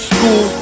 School